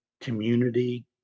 community